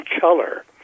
color